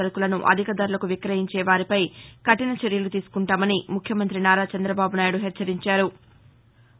సరుకులను అధిక ధరలకు విక్రయించే వారిపై కఠిన చర్యలు తీసుకుంటామని ముఖ్యమంత్రి నారా చంద్రబాబు నాయుడు హెచ్చరించారు